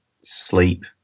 sleep